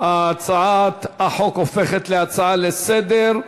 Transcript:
הצעת החוק הופכת להצעה לסדר-היום,